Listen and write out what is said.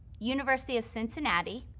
university of cincinnati,